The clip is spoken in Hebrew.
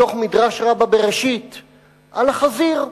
מתוך המדרש, בראשית רבה, על החזיר: